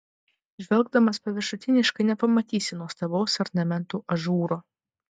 žvelgdamas paviršutiniškai nepamatysi nuostabaus ornamentų ažūro